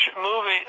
movie